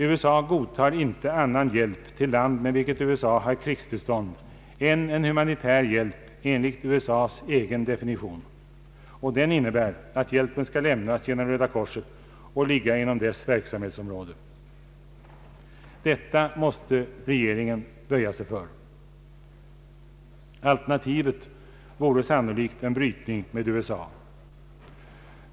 USA godtar inte annan hjälp till land med vilket USA har krigstillstånd än en humanitär hjälp enligt USA:s egen definition, och den innebär, att hjälpen skall lämnas genom Röda korset och ligga inom dess verksamhetsområde. Detta har svenska regeringen fått böja sig för. Alternativet vore sannolikt en brytning med USA.